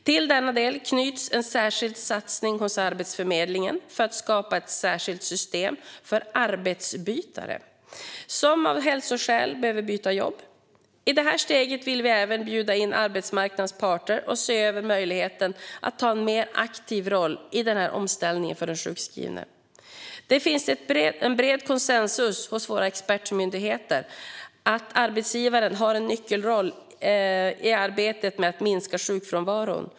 Till denna del knyts en särskild satsning hos Arbetsförmedlingen för att skapa ett särskilt system för arbetsbytare som av hälsoskäl behöver byta jobb. I detta steg vill vi även bjuda in arbetsmarknadens parter att se över möjligheten att ta en mer aktiv roll i den omställningen för den sjukskrivne. Det finns en bred konsensus hos våra expertmyndigheter att arbetsgivaren har en nyckelroll i arbetet med att minska sjukfrånvaron.